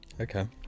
Okay